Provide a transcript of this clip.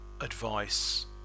advice